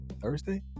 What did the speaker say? Thursday